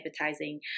advertising